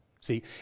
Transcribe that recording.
See